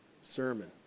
sermon